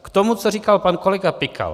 K tomu, co říkal pan kolega Pikal.